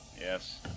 Yes